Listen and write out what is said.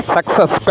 Success